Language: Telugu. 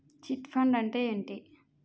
చిట్ ఫండ్ అంటే ఏంటి?